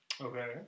Okay